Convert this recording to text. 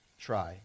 try